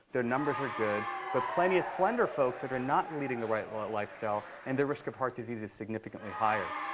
their numbers are good. but plenty of slender folks that are not leading the right lifestyle, and their risk of heart disease is significantly higher.